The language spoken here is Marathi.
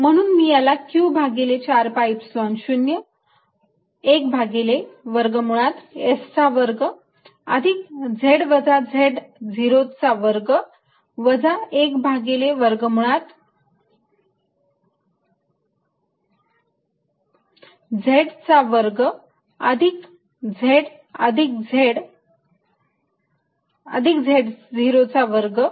म्हणून मी याला q भागिले 4 pi Epsilon 0 1 भागिले वर्गमुळात s चा वर्ग अधिक z वजा z0 वर्ग वजा 1 भागिले वर्गमुळात S चा वर्ग अधिक z अधिक z अधिक z0 वर्ग